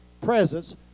presence